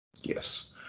Yes